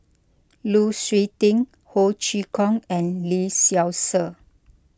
Lu Suitin Ho Chee Kong and Lee Seow Ser